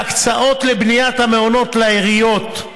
שההקצאות לבניית המעונות לעיריות,